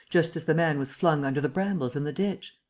just as the man was flung under the brambles in the ditch?